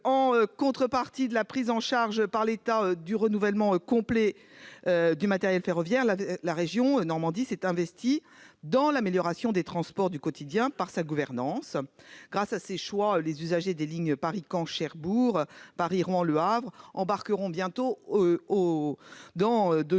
En contrepartie de la prise en charge par l'État du renouvellement complet du matériel ferroviaire, la région s'est investie dans l'amélioration des transports du quotidien par sa gouvernante. Grâce à ses choix, les usagers des lignes Paris-Caen-Cherbourg et Paris-Rouen-Le Havre embarqueront bientôt dans des